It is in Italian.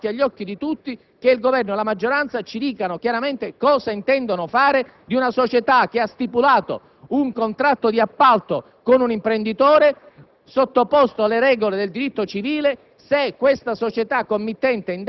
anche con una sospensione dei lavori. Credo sia giunto il momento, davanti agli occhi di tutti, che il Governo e la maggioranza ci dicano cosa intendano fare di una società che ha stipulato un contratto di appalto con un imprenditore,